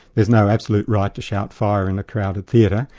there's no absolute right to shout fire! in a crowded theatre,